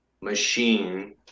machine